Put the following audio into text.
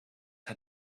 had